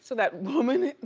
so that woman,